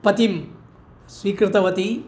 पतिं स्वीकृतवती